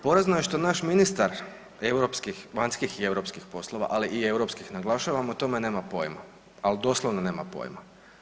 Porazno je što naš ministar europskih, vanjskih i europskih poslova, ali i europskih naglašavam o tome nema poima, ali doslovno nema poima.